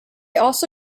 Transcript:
also